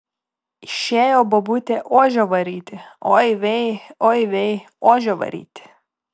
išėjo bobutė ožio varyti oi vei oi vei ožio varyti